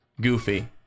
Goofy